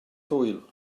hwyl